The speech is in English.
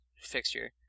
fixture